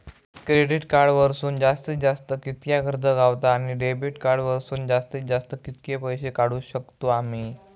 Credit card वरसून जास्तीत जास्त कितक्या कर्ज गावता, आणि डेबिट कार्ड वरसून जास्तीत जास्त कितके पैसे काढुक शकतू आम्ही?